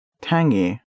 Tangy